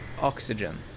oxygen